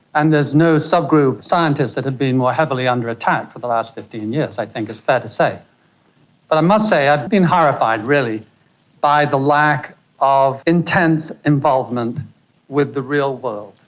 and there's no subgroup of scientists that have been more heavily under attack for the last fifteen years, i think it's fair to say. but i must say i've been horrified really by the lack of intense involvement with the real world,